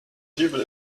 dübel